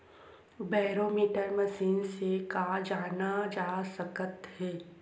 Barometer machine से का जाना जा सकत हे?